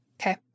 Okay